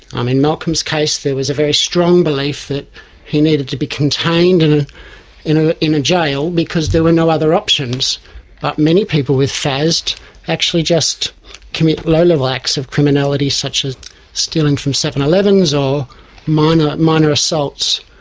um in malcolm's case there was a very strong belief that he needed to be contained and ah in ah in a jail because there were no other options, but many people with fasd actually just commit low level acts of criminality such as stealing from seven elevens or minor minor assaults.